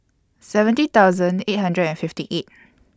seventy thousand eight hundred and fifty eight